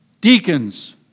deacons